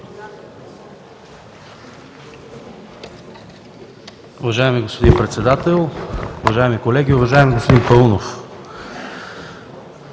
Уважаеми господин Председател, уважаеми колеги! Уважаеми господин Паунов,